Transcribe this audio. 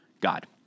God